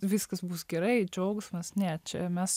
viskas bus gerai džiaugsmas ne čia mes